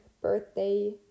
birthday